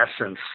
essence